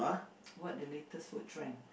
what the latest food trend